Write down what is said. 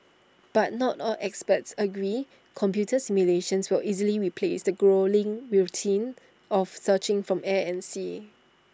but not all experts agree computer simulations will easily replace the gruelling routine of searching from air and sea